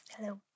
Hello